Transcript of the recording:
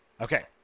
Okay